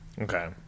okay